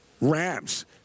Rams